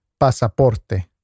pasaporte